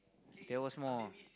there was more